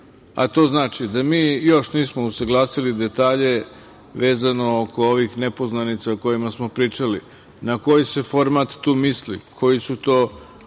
a to znači da mi još nismo usaglasili detalja vezano oko ovih nepoznanica o kojima smo pričali, na koji se format tu misli, koji su to